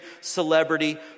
celebrity